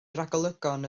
ragolygon